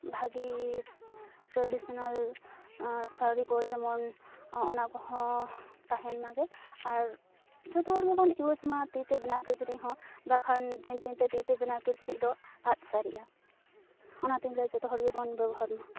ᱵᱷᱟᱹᱜᱤ ᱴᱨᱮᱰᱤᱥᱚᱱᱟᱞ ᱥᱟᱹᱲᱤᱠᱚ ᱡᱮᱢᱚᱱ ᱚᱱᱟᱠᱚᱦᱚᱸ ᱛᱟᱦᱮᱱ ᱢᱟᱜᱮ ᱟᱨ ᱡᱚᱛᱚᱦᱚᱲ ᱜᱮᱵᱚᱱ ᱤᱭᱩᱡᱽ ᱢᱟ ᱛᱤᱛᱮ ᱵᱮᱱᱟᱣ ᱠᱤᱪᱨᱤᱡᱦᱚᱸ ᱵᱟᱠᱷᱟᱱ ᱫᱤᱱ ᱫᱤᱱᱛᱮ ᱛᱤᱛᱮ ᱵᱮᱱᱟᱣ ᱠᱤᱪᱨᱤᱡᱽᱫᱚ ᱟᱫ ᱥᱟᱨᱤᱼᱟ ᱚᱱᱟᱛᱮᱧ ᱞᱟᱹᱭᱟ ᱡᱚᱛᱚᱦᱚᱲ ᱜᱮᱵᱚᱱ ᱵᱮᱵᱚᱦᱟᱨ ᱢᱟ